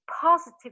positive